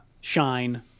shine